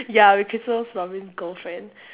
ya I'll be christopher-robin's girlfriend